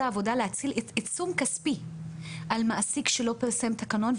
העבודה להטיל עיצום כספי על מעסיק שלא פרסם תקנון,